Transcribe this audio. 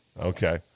Okay